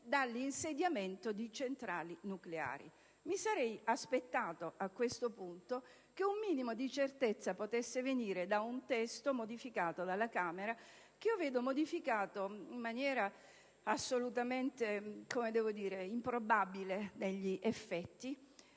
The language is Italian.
dall'insediamento di centrali nucleari. Mi sarei aspettata a questo punto che un minimo di certezza potesse venire da un testo modificato dalla Camera dei deputati e che in realtà viene modificato in maniera improbabile negli effetti,